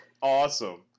awesome